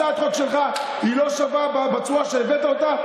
הצעת החוק שלך לא שווה בצורה שהבאת אותה.